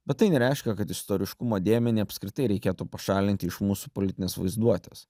bet tai nereiškia kad istoriškumo dėmenį apskritai reikėtų pašalinti iš mūsų politinės vaizduotės